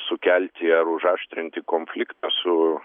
sukelti ar užaštrinti konfliktą su